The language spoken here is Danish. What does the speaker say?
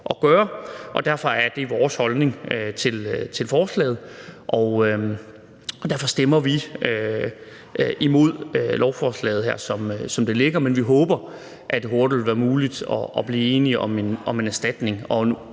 at gøre. Derfor er det vores holdning til forslaget, og derfor stemmer vi imod lovforslaget her, som det ligger, men vi håber, at det hurtigt vil være muligt at blive enige om en erstatning og en